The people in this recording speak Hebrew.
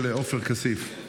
הצבעת במקום של עופר כסיף.